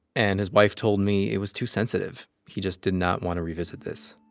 and his wife told me it was too sensitive. he just did not want to revisit this